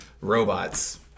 Robots